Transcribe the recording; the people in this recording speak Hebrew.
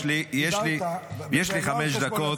אדוני, אני אשמח, יש לי חמש דקות.